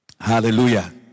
Hallelujah